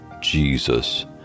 Jesus